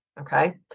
okay